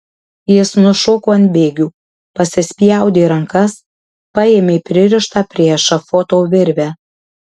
jis nušoko ant bėgių pasispjaudė rankas paėmė pririštą prie ešafoto virvę